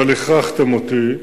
אבל הכרחתם אותי,